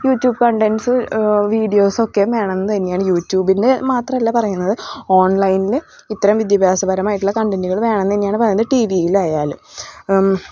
YouTube contents videos ഒക്കെ വേണമെന്ന് തന്നെയാണ് യൂട്യൂബിൻ്റെ മാത്രമല്ല പറയുന്നത് ഓൺലൈനിൽ ഇത്രയും വിദ്യാഭ്യാസപരമായിട്ടുള്ള കണ്ടൻറ്റുകൾ വേണമെന്ന് തന്നെയാണ് പറയുന്നത് ടി വിയിലായാലും